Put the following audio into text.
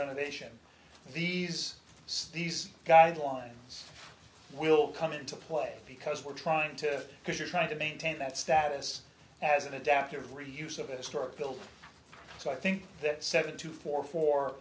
renovation these these guidelines will come into play because we're trying to because you're trying to maintain that status as an adaptive reuse of a storage bill so i think that seven to four four